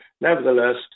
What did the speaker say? Nevertheless